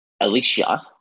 Alicia